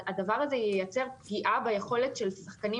הדבר הזה ייצר פגיעה ביכולת של שחקנים